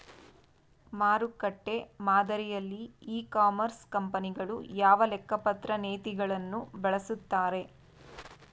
ಮಾರುಕಟ್ಟೆ ಮಾದರಿಯಲ್ಲಿ e commerce ಕಂಪನಿಗಳು ಯಾವ ಲೆಕ್ಕಪತ್ರ ನೇತಿಗಳನ್ನು ಬಳಸುತ್ತಾರೆ?